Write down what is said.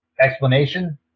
Explanation